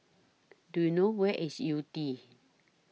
Do YOU know Where IS Yew Tee